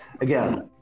again